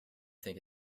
think